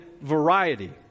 variety